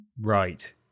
Right